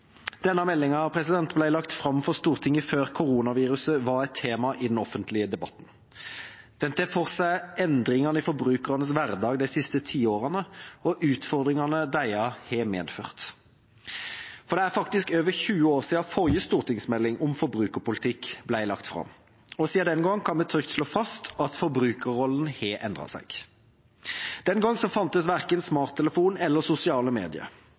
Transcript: Denne meldinga ble lagt fram for Stortinget før koronaviruset var et tema i den offentlige debatten. Den tar for seg endringene i forbrukernes hverdag de siste tiårene og utfordringene disse har medført. For det er faktisk over 20 år siden forrige stortingsmelding om forbrukerpolitikk ble lagt fram, og vi kan trygt slå fast at forbrukerrollen har endret seg siden den gang. Den gangen fantes verken smarttelefon eller sosiale medier.